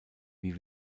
wie